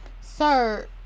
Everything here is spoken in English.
sir